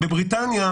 בבריטניה,